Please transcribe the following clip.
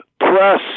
press